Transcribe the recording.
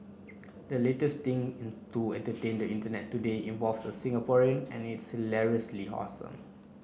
the latest thing to entertain the Internet today involves a Singaporean and it's hilariously awesome